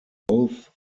both